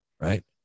right